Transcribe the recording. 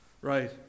Right